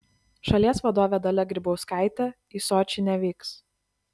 šalies vadovė dalia grybauskaitė į sočį nevyks